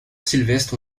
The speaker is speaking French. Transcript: sylvestre